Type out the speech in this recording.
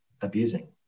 abusing